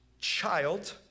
child